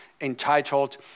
entitled